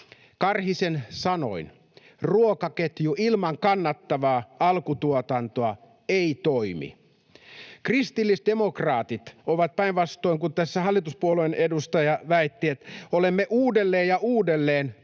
Karhisen sanoin: ”Ruokaketju ilman kannattavaa alkutuotantoa ei toimi.” Kristillisdemokraatit ovat, päinvastoin kuin tässä hallituspuolueen edustaja väitti, uudelleen ja uudelleen